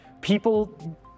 people